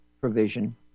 provision